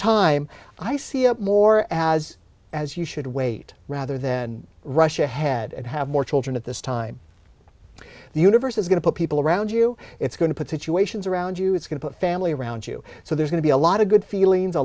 time i see it more as as you should wait rather than rush ahead and have more children at this time the universe is going to put people around you it's going to put situations around you it's going to put family around you so there's going to be a lot of good feelings a